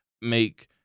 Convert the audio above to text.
make